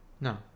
No